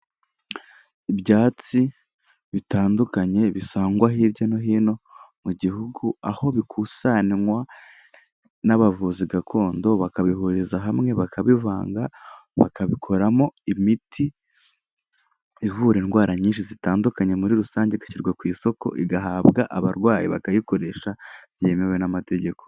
Ibyatsi bitandukanye bisangwa hirya no hino mu gihugu, aho bikusanywa n'abavuzi gakondo bakabihuriza hamwe, bakabivanga bakabikoramo imiti ivura indwara nyinshi zitandukanye muri rusange, igashyirwa ku isoko igahabwa abarwayi bakayikoresha byemewe n'amategeko.